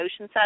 Oceanside